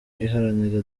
iharanira